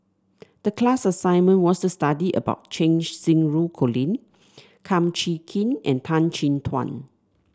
the class assignment was to study about Cheng Xinru Colin Kum Chee Kin and Tan Chin Tuan